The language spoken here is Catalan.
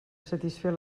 satisfer